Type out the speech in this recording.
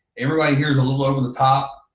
everybody hears a little over the top,